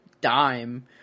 dime